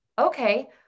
okay